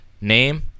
name